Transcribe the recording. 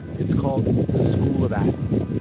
it's called the school of athens,